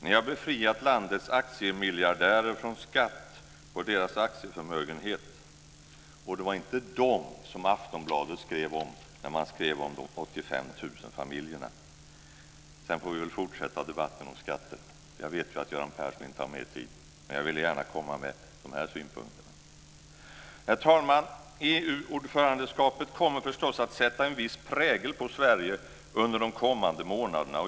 Ni har befriat landets aktiemiljardärer från skatt på deras aktieförmögenhet. Det är inte dem som Aftonbladet skrev om när man skrev om de 85 000 Vi får fortsätta debatten om skatter senare, jag vet att Göran Persson inte har mer talartid, men jag ville gärna komma med dessa synpunkter. Herr talman! EU-ordförandeskap kommer förstås att sätta en viss prägel på Sverige under de kommande månaderna.